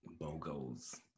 BOGOs